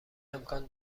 امکان